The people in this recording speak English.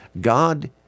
God